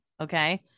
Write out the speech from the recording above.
Okay